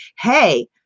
hey